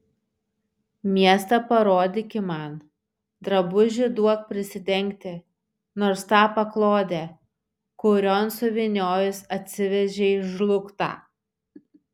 miestą parodyki man drabužį duok prisidengti nors tą paklodę kurion suvyniojus atsivežei žlugtą